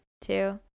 two